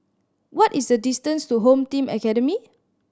what is the distance to Home Team Academy